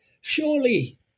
surely